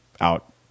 out